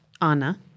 Anna